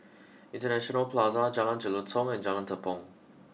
International Plaza Jalan Jelutong and Jalan Tepong